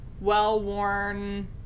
well-worn